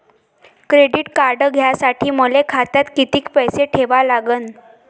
Credit card घ्यासाठी मले खात्यात किती पैसे ठेवा लागन?